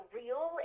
real